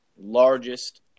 largest